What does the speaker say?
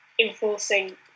enforcing